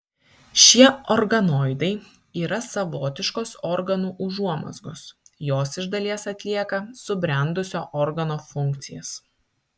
šie organoidai yra savotiškos organų užuomazgos jos iš dalies atlieka subrendusio organo funkcijas